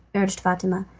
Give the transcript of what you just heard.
urged fatima,